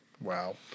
Wow